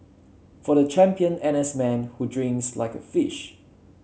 for the champion N S man who drinks like a fish